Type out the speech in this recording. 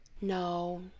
No